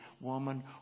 woman